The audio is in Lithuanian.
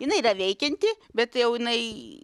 jinai dar veikianti bet jau jinai